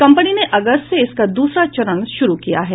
company ने अगस्त से इसका दूसरा चरण शुरू किया है